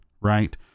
right